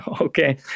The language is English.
Okay